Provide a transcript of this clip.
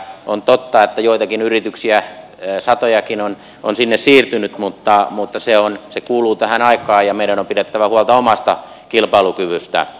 on totta että joitakin yrityksiä satojakin on sinne siirtynyt mutta se kuuluu tähän aikaan ja meidän on pidettävä huolta omasta kilpailukyvystämme